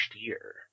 year